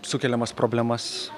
sukeliamas problemas